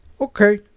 Okay